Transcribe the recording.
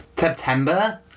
September